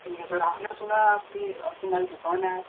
ठीक है सर हमने सुना आपकी आपकी नई दुकान है